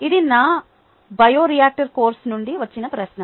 ఇది నా bioreactor course నుండి వచ్చిన ప్రశ్న